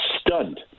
stunned